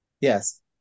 Yes